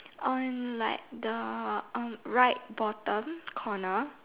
on like the um right bottom corner